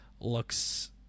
looks